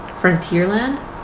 Frontierland